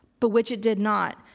but which it did not,